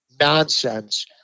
nonsense